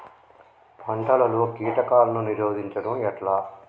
పంటలలో కీటకాలను నిరోధించడం ఎట్లా?